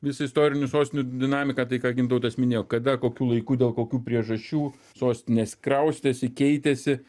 visą istorinių sostinių dinamiką tai ką gintautas minėjo kada kokiu laiku dėl kokių priežasčių sostinės kraustėsi keitėsi